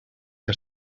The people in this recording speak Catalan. que